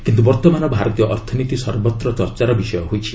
କିନ୍ତୁ ବର୍ତ୍ତମାନ ଭାରତୀୟ ଅର୍ଥନୀତି ସର୍ବତ୍ର ଚର୍ଚ୍ଚାର ବିଷୟ ହୋଇଛି